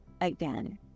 again